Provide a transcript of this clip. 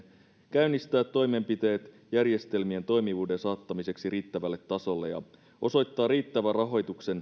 käynnistää toimenpiteet järjestelmien toimivuuden saattamiseksi riittävälle tasolle ja osoittaa riittävä rahoitus